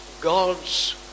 God's